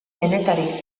denetarik